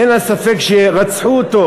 אין לה ספק שרצחו אותו,